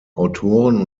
autoren